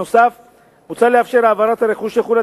נוסף על כך מוצע לאפשר העברת הרכוש שחולט